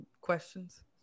questions